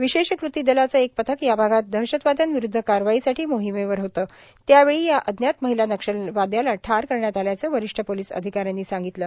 विशेष कृती दलाचं एक पथक या भागात दहशतवाद्यांविरुद्ध कारवाईसाठी मोहीमेवर होतं त्यावेळी या अज्ञात महिला नक्षलवादयाला ठार करण्यात आल्याचं वरिष्ठ पोलिस अधिकाऱ्यांनी सांगितलं